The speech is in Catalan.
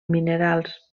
minerals